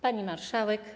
Pani Marszałek!